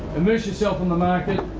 immerse yourself in the market.